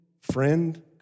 friend